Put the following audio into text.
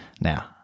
Now